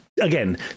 again